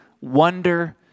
wonder